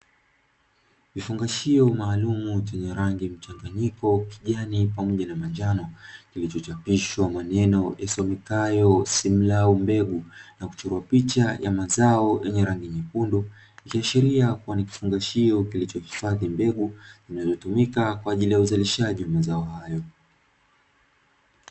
Kifungashio maalumu chenye rangi mchanganyiko ya kijani pamoja na manjano, kilicho chapishwa maneno yasomekayo ''SIMLAU MBEGU'' na kuchorwa picha ya mazao yenye rangi nyekundu, ikiashiria kuwa ni kifungashio kilicho hifadhi mbegu zinazotumika kwa ajili ya uzalishaji wa mazao hayo.